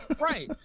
Right